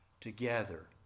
together